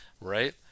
right